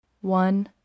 One